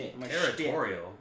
Territorial